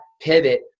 pivot